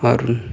اور